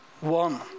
one